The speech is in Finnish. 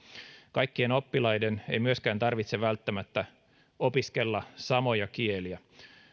kaikkien oppilaiden ei myöskään tarvitse välttämättä opiskella samoja kieliä